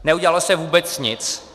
Neudělalo se vůbec nic.